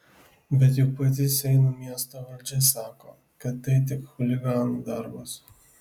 bet juk pati seinų miesto valdžia sako kad tai tik chuliganų darbas